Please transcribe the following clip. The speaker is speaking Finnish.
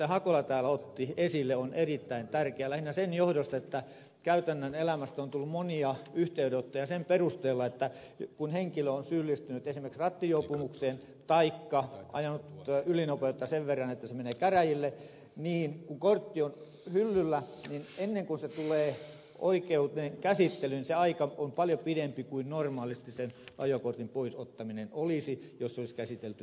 hakola täällä otti esille on erittäin tärkeä lähinnä sen johdosta että käytännön elämästä on tullut monia yhteydenottoja sen perusteella että kun henkilö on syyllistynyt esimerkiksi rattijuopumukseen taikka ajanut ylinopeutta sen verran että se menee käräjille niin ennen kuin kortti on hyllyllä ja se tulee oikeuteen käsittelyyn se aika on paljon pidempi kuin normaalisti sen ajokortin poisottaminen olisi jos se olisi käsitelty välittömästi